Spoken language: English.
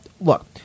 Look